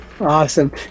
Awesome